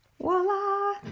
voila